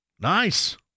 Nice